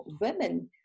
women